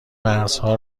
مرزها